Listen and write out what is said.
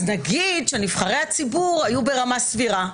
נגיד שנבחרי הציבור היו ברמה סבירה.